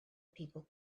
people